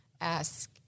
ask